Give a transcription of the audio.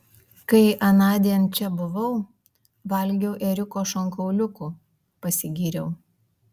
kai anądien čia buvau valgiau ėriuko šonkauliukų pasigyriau